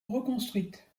reconstruites